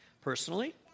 Personally